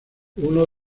uno